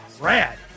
rad